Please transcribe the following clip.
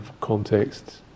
context